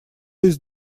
есть